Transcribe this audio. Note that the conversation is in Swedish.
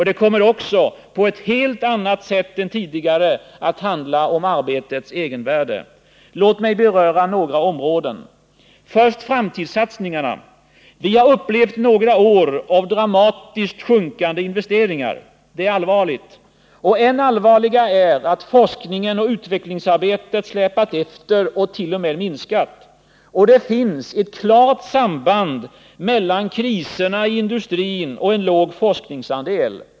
Det kommer också på ett helt annat sätt än tidigare att handla om arbetets egenvärde. Låt mig beröra några områden. Först framtidssatsningen. Vi har upplevt några år av dramatiskt sjunkande investeringar. Det är allvarligt. Och än allvarligare är att forskningen och utvecklingsarbetet släpat efter och t.o.m. minskat. Det finns ett klart samband mellan kriserna i industrin och en låg forskningsandel.